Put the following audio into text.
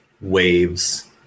waves